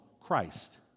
Christ